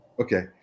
Okay